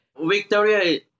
Victoria